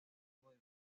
deciden